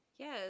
yes